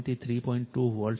2 volt છે